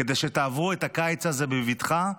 כדי שתעברו את הקיץ הזה בבטחה,